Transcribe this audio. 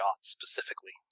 specifically